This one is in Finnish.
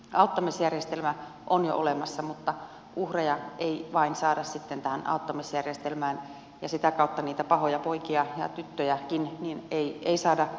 auttamisjärjestelmä on jo olemassa mutta uhreja ei vain saada sitten tähän auttamisjärjestelmään ja sitä kautta niitä pahoja poikia ja tyttöjäkään ei saada kiinni